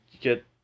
get